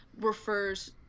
refers